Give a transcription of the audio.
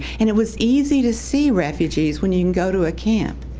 and it was easy to see refugees when you can go to a camp.